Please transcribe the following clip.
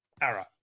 Arrow